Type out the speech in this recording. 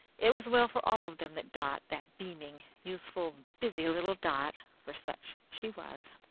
it was well for all of them that dot, that beaming, useful, busy little dot for such she was,